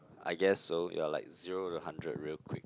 I guess so you're like zero to hundred real quick